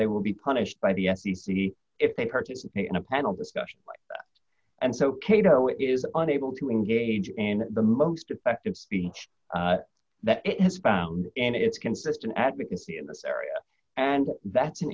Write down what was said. they will be punished by the the the if they participate in a panel discussion and so kato is unable to engage in the most effective speech that it has found and it's consistent advocacy in this area and that's an